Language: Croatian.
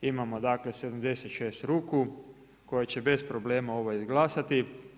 Imamo dakle 76 ruku koje će bez problema ovo izglasati.